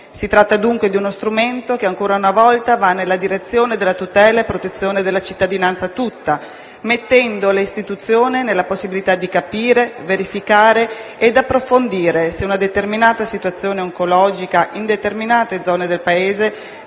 Si tratta dunque di uno strumento che ancora una volta va nella direzione della tutela e della protezione della cittadinanza tutta, mettendo le istituzioni nella possibilità di capire, verificare ed approfondire se una determinata situazione oncologica, in determinate zone del Paese,